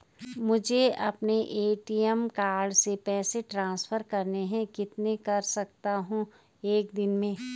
मुझे अपने ATM card से पैसे ट्रांसफर करने हैं कितने कर सकता हूँ एक दिन में?